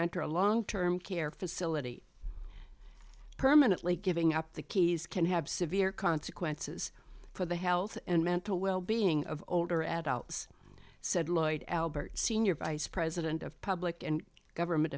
enter a long term care facility permanently giving up the keys can have severe consequences for the health and mental wellbeing of older adults said lloyd albert senior vice president of public and government